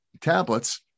tablets